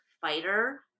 fighter